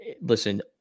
Listen